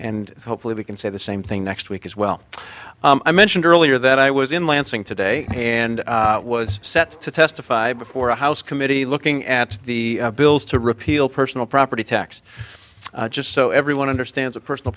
and hopefully we can say the same thing next week as well i mentioned earlier that i was in lansing today and was set to testify before a house committee looking at the bills to repeal personal property tax just so everyone understands a personal